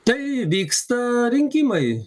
tai vyksta rinkimai